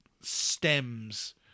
stems